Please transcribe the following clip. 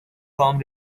from